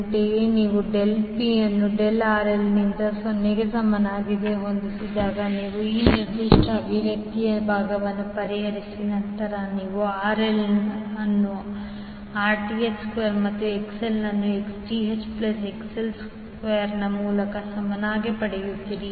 ಅಂತೆಯೇ ನೀವು del P ಅನ್ನು del RL ನಿಂದ 0 ಗೆ ಸಮನಾಗಿ ಹೊಂದಿಸಿದಾಗ ಮತ್ತು ಈ ನಿರ್ದಿಷ್ಟ ಅಭಿವ್ಯಕ್ತಿಯ ಭಾಗವನ್ನು ಪರಿಹರಿಸಿ ನಂತರ ನೀವು RL ಅನ್ನು Rth square ಮತ್ತು Xth plus XL ಸ್ಕ್ವೇರ್ನ ಮೂಲಕ್ಕೆ ಸಮಾನವಾಗಿ ಪಡೆಯುತ್ತೀರಿ